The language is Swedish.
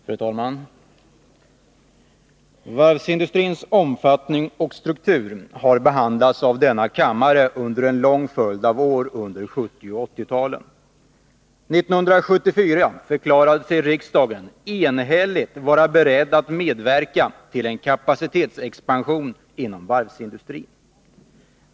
Fru talman! Varvsindustrins omfattning och struktur har behandlats av riksdagen under en lång följd av år under 1970 och 1980-talen. År 1974 förklarade sig riksdagen enhälligt vara beredd att medverka till en kapacitetsexpansion inom varvsindustrin.